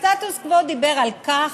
הסטטוס קוו דיבר על כך,